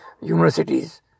universities